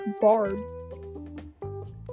Barb